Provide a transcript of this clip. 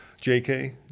JK